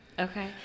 Okay